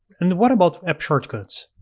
and what about app shortcuts?